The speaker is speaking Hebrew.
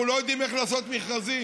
אנחנו לא יודעים איך לעשות מכרזים,